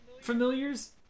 familiars